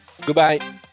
Goodbye